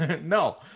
No